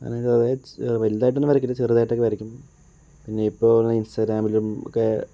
അങ്ങനെയൊക്കെ വരച്ച് വലുതായിട്ട് ഒന്നും വരയ്ക്കില്ല ചെറുതായിട്ട് ഒക്കെ വരയ്ക്കും പിന്നെ ഇപ്പോൾ ഇൻസ്റ്റാഗ്രാമിലും ഒക്കെ